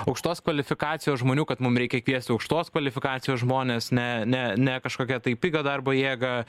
aukštos kvalifikacijos žmonių kad mum reikia kviesti aukštos kvalifikacijos žmones ne ne ne kažkokią tai pigią darbo jėgą